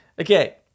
Okay